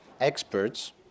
experts